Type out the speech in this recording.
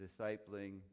discipling